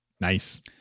Nice